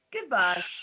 Goodbye